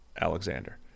Alexander